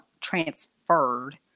transferred